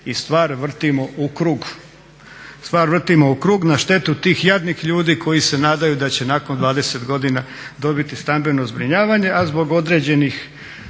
Stvar vrtimo u krug na štetu tih jadnih ljudi koji se nadaju da će nakon 20 godina dobiti stambeno zbrinjavanje a zbog određenih